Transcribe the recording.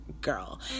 girl